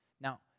Now